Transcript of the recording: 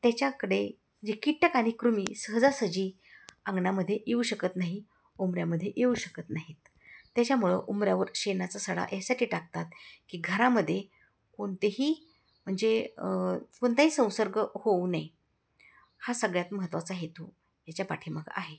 त्याच्याकडे जे कीटक आ आणि कृमी सहजासहजी अंगणामध्ये येऊ शकत नाही उंबऱ्यामध्ये येऊ शकत नाहीत त्याच्यामुळं उंबऱ्यावर शेणाचा सडा यासाठी टाकतात की घरामध्ये कोणतेही म्हणजे कोणतेही संसर्ग होऊ नये हा सगळ्यात महत्त्वाचा हेतू याच्या पाठीमागे आहे